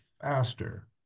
faster